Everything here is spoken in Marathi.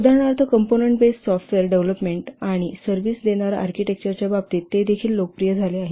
उदाहरणार्थ कंपोनंन्ट बेस सॉफ्टवेअर डेव्हलपमेंट आणि सर्व्हिस आर्किटेक्चरच्या बाबतीत ते देखील लोकप्रिय झाले आहेत